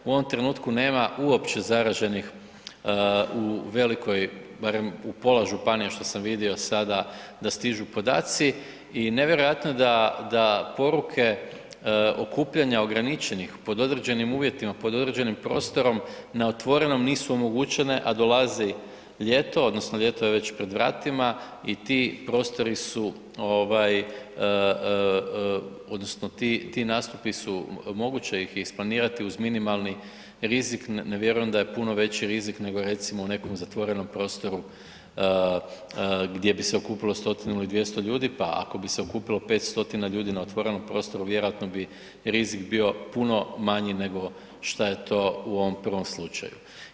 U ovom trenutku nema uopće zaraženih u velikoj, barem u pola županije što sam vidio sada da stižu podaci i nevjerojatno je da poruke okupljanja ograničenih pod određenim uvjetima, pod određenim prostorom na otvorenom nisu omogućene, a dolazi ljeto odnosno ljeto je već pred vratima i ti prostori su ovaj odnosno ti nastupi su, moguće ih je isplanirati uz minimalni rizik, ne vjerujem da je puno veći rizik nego recimo u nekom zatvorenom prostoru gdje bi se okupilo 100-tinu il 200 ljudi, pa ako bi se okupilo 500 ljudi na otvorenom prostoru vjerojatno bi rizik bio puno manji nego šta je to u ovom prvom slučaju.